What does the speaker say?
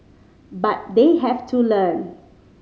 but they have to learn